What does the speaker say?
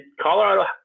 Colorado